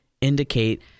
indicate